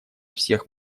всех